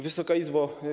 Wysoka Izbo!